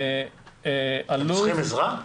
אתם צריכים עזרה?